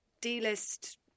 D-list